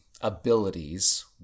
abilities